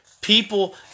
People